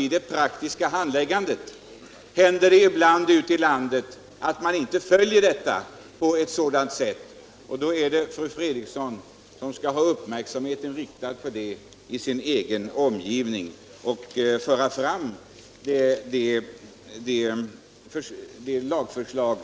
I praktiken händer det emellertid ibland ute i landet att bestämmelserna inte följs, och då skall fru Fredrikson ha uppmärksamheten riktad på det i sin egen omgivning och tala om vilka lagar